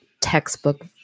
textbook